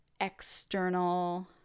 external